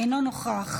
אינו נוכח,